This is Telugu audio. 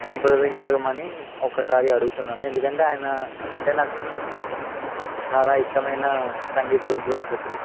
సంప్రదించమని ఒక్కసారి అడుగుతున్నాను ఎందుకంటే ఆయన అంటే నాకు కొంచెం చాలా ఇష్టమైన సంగీత విద్వాంసులు